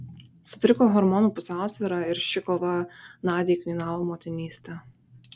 sutriko hormonų pusiausvyra ir ši kova nadiai kainavo motinystę